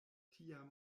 tiam